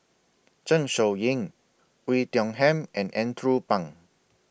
Zeng Shouyin Oei Tiong Ham and Andrew Phang